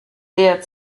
der